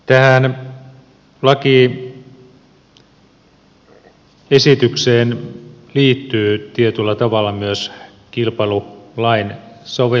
tähän lakiesitykseen liittyy tietyllä tavalla myös kilpailulain soveltaminen